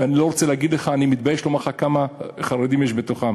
ואני לא רוצה להגיד לך ואני מתבייש לומר לך כמה חרדים יש בתוכם.